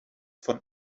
von